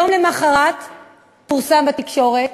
יום למחרת פורסם בתקשורת